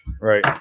right